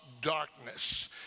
darkness